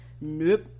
nope